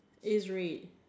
it is red